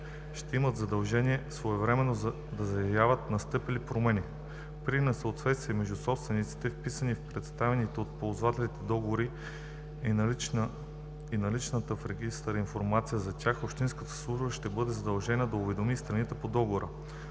ще имат задължение своевременно да заявяват настъпилите промени. При несъответствие между собствениците, вписани в представените от ползвателите договори и наличната в регистъра информация за тях, общинската служба ще бъде задължена да уведоми страните по договора.